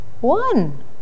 one